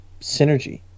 synergy